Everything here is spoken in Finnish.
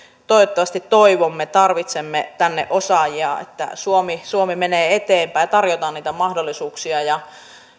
toivottavasti toivomme tarvitsemme tänne osaajia että suomi suomi menee eteenpäin tarjotaan niitä mahdollisuuksia ja